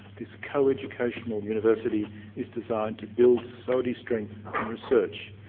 this co-educational university is designed to build saudi strength in research.